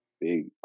big